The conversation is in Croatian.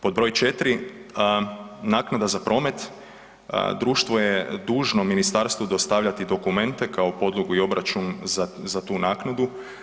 Pod broj 4, naknada za promet, društvo je dužno ministarstvu dostavljati dokumente kao podlogu i obračun za tu naknadu.